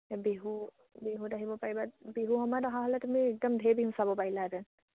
বিহু বিহুত আহিব পাৰিবা বিহু সময়ত অহা হ'লে তুমি একদম ঢেৰ বিহু চাব পাৰিলাহেঁতেন